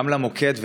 גם למוקד,